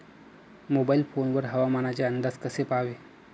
Mobile phone वर हवामानाचे अंदाज कसे पहावे?